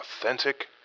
authentic